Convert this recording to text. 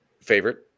Favorite